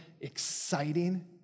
exciting